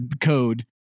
code